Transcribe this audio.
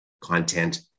content